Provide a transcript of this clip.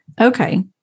okay